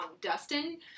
Dustin